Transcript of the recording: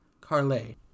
Carlay